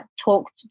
talk